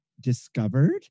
discovered